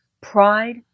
pride